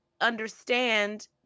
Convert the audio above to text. understand